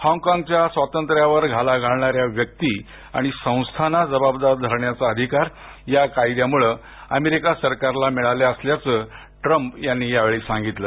हॉगकॉंगच्या स्वातंत्र्यावर घाला घालणाऱ्या व्यक्ती आणि संस्थांना जबाबदार धरण्याचा अधिकार या कायद्यामुळे अमेरिका सरकारला मिळाला असल्याचं ट्रम्प यांनी यावेळी सांगितलं